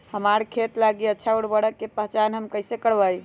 हमार खेत लागी अच्छा उर्वरक के पहचान हम कैसे करवाई?